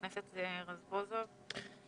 חבר הכנסת רזבוזוב, בבקשה.